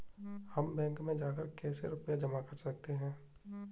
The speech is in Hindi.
हम बैंक में जाकर कैसे रुपया जमा कर सकते हैं?